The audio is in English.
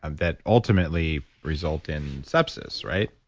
and that ultimately result in sepsis. right?